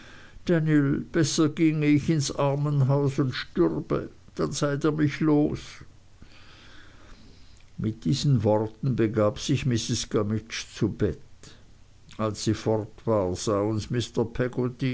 besser ich ginge ins armenhaus und stürbe dann seid ihr mich los mit diesen worten begab sich mrs gummidge zu bett als sie fort war sah uns